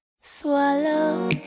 swallow